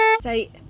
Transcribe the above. Say